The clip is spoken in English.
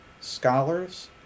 scholars